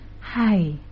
hi